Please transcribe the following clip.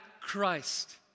Christ